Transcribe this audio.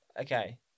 Okay